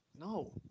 No